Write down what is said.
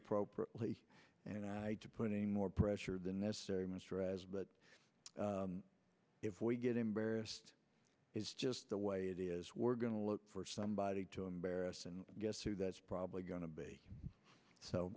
appropriately and i to putting more pressure than necessary mr as but if we get embarrassed is just the way it is we're going to look for somebody to embarrass and guess who that's probably going to be so